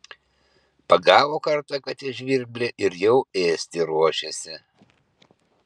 pagavo kartą katė žvirblį ir jau ėsti ruošiasi